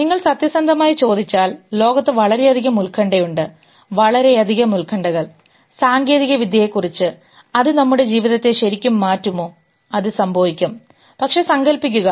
നിങ്ങൾ സത്യസന്ധമായി ചോദിച്ചാൽ ലോകത്ത് വളരെയധികം ഉത്കണ്ഠയുണ്ട് വളരെയധികം ഉത്കണ്ഠകൾ സാങ്കേതികവിദ്യയെക്കുറിച്ച് അത് നമ്മുടെ ജീവിതത്തെ ശരിക്കും മാറ്റുമോ അത് സംഭവിക്കും പക്ഷേ സങ്കൽപ്പിക്കുക